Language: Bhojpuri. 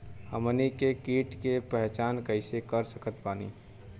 हमनी के कीट के पहचान कइसे कर सकत बानी?